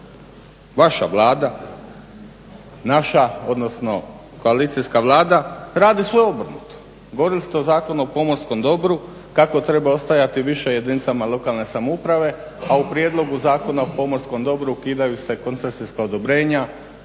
vaša Vlada, naša, odnosno koalicijska Vlada radi sve obrnuto. Govorili ste o Zakonu o pomorskom dobru, kako treba ostajati više jedinicama lokalne samouprave a u prijedlogu Zakona o pomorskom dobru ukidaju se koncesijska odobrenja,